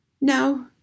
no